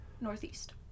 northeast